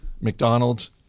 McDonald's